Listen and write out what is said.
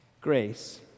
grace